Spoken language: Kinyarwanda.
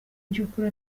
byukuri